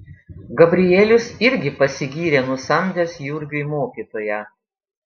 gabrielius irgi pasigyrė nusamdęs jurgiui mokytoją